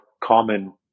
common